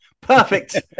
perfect